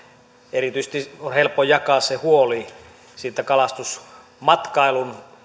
erityisesti on helppo jakaa se huoli kalastusmatkailun